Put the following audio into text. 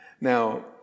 Now